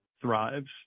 thrives